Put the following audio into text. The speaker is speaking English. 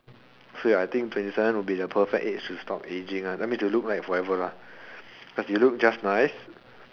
say I think twenty seven will be the perfect age to stop ageing lah that means to look forever lah cause it look just nice